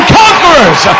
conquerors